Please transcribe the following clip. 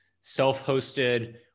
self-hosted